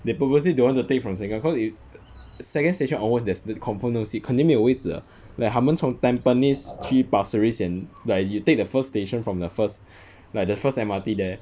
they purposely don't want to take from sengkang cause if~ second station onwards there's th~ confirm no seats 肯定没有位子了 like 他们从 tampines 去 pasir ris 先 like you take the first station from the first like the first M_R_T there